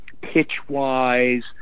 pitch-wise –